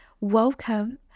welcome